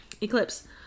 Eclipse